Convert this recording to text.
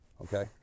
okay